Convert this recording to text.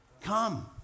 Come